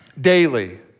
daily